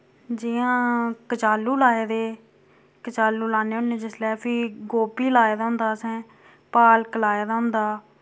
जि'यां कचालू लाए दे कचालू लाने होने जिसलै फ्ही गोबी लाए दा होंदा असैं पालक लाए दा होंदा